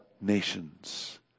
nations